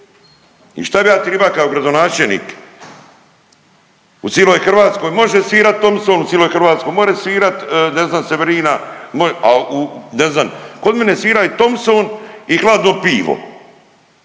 I šta bi ja triba kao gradonačelnik u ciloj Hrvatskoj može svirat Thompson u ciloj Hrvatskoj može svirat ne znam Severina, a ne znam, kod mene svira i Thompson i Hladno pivo